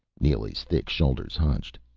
neely's thick shoulders hunched.